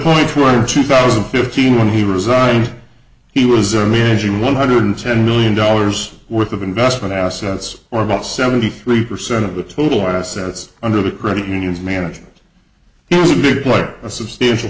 point for two thousand and fifteen when he resigned he was a managing one hundred ten million dollars worth of investment assets or about seventy three percent of the total assets under the credit unions management is a big player a substantial